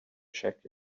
check